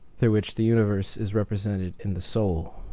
through which the universe is represented in the soul